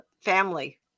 family